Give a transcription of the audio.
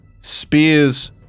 spears